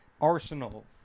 arsenal